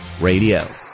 Radio